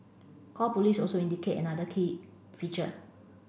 call police also indicate another key feature